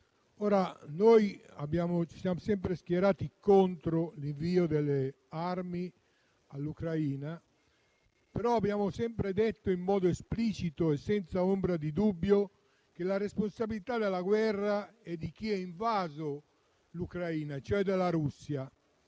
noi ci siamo sempre schierati contro l'invio delle armi all'Ucraina. Ma abbiamo sempre detto in modo esplicito e senza ombra di dubbio che la responsabilità della guerra è di chi ha invaso l'Ucraina, cioè della Russia.